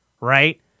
right